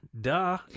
duh